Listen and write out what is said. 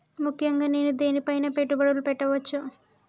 ముఖ్యంగా నేను దేని పైనా పెట్టుబడులు పెట్టవచ్చు?